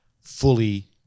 fully